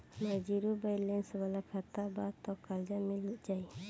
हमार zero balance वाला खाता बा त कर्जा मिल जायी?